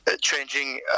changing